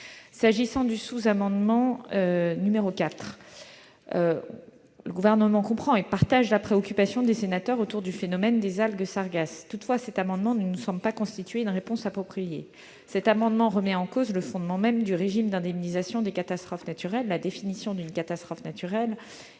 S'agissant du sous-amendement n° 26 rectifié, le Gouvernement comprend et partage la préoccupation des sénateurs concernant le phénomène des algues sargasses. Toutefois, ce sous-amendement ne nous semble pas constituer une réponse appropriée. Il remet en cause le fondement même du régime d'indemnisation des catastrophes naturelles. La définition d'une catastrophe naturelle